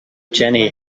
jenny